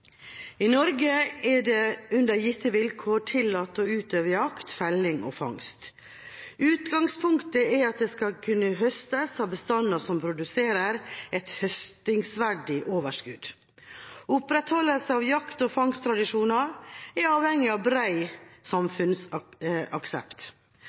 I Norge er det under gitte vilkår tillatt å utøve jakt, felling og fangst. Utgangspunktet er at det skal kunne høstes av bestander som produserer et høstingsverdig overskudd. Opprettholdelsen av jakt- og fangsttradisjoner er avhengig av